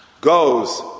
goes